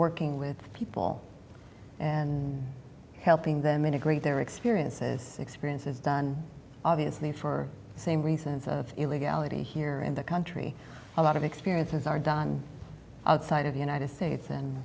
working with people and helping them integrate their experiences experiences done obviously for the same reasons of illegality here in the country a lot of experiences are done outside of the united states and